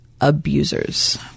abusers